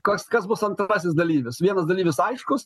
kas kas bus antrasis dalyvis vienas dalyvis aiškus